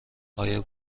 آیا